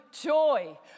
joy